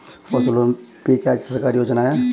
फसलों पे क्या सरकारी योजना है?